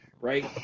right